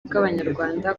bw’abanyarwanda